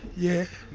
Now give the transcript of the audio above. yes.